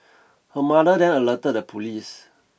her mother then alerted the police